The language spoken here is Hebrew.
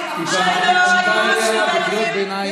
בראשות גנץ,